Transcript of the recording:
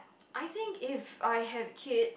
I think if I have kid